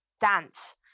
Dance